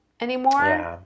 anymore